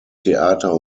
theater